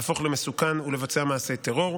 להפוך למסוכן ולבצע מעשי טרור.